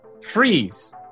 freeze